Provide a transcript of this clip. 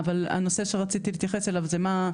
אבל הנושא שרציתי להתייחס אליו זה מה,